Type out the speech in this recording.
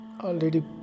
already